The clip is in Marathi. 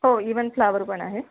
हो इवन फ्लॉवर पण आहे